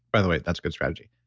by the way, that's good strategy.